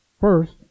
First